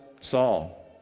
saul